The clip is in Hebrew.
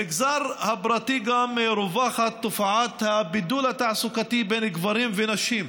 גם במגזר הפרטי רווחת תופעת הבידול התעסוקתי בין גברים לנשים.